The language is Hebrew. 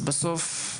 בסוף,